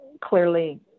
clearly